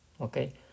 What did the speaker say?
okay